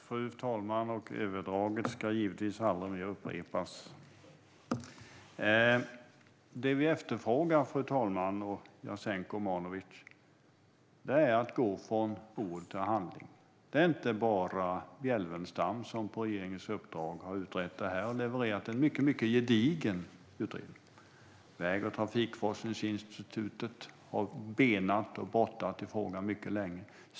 Fru talman! Det vi efterfrågar, Jasenko Omanovic, är att gå från ord till handling. Det är inte bara Bjelfvenstam som på regeringens uppdrag har utrett frågan. Han har levererat en mycket gedigen utredning. Väg och transportforskningsinstitutet har benat i och brottats med frågan mycket länge.